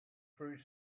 through